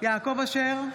יעקב אשר,